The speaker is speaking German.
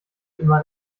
immer